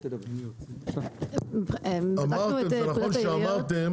זה נכון שאמרתם